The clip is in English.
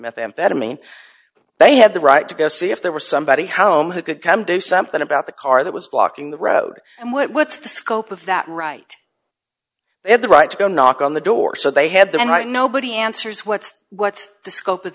methamphetamine they had the right to go see if there was somebody home who could come do something about the car that was blocking the road and what's the scope of that right they had the right to go knock on the door so they had the right nobody answers what's what's the sc